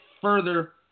further